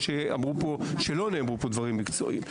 שאמרו פה שלא נאמרו פה דברים מקצועיים.